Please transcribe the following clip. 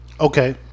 Okay